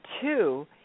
two